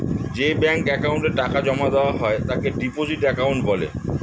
যে ব্যাঙ্ক অ্যাকাউন্টে টাকা জমা দেওয়া হয় তাকে ডিপোজিট অ্যাকাউন্ট বলে